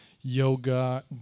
yoga